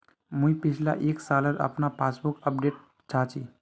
मुई पिछला एक सालेर अपना पासबुक अपडेट चाहची?